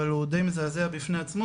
אבל הוא די מזעזע בפניי עצמו,